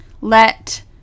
let